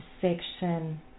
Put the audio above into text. section